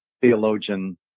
theologian